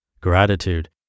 Gratitude